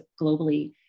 globally